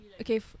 Okay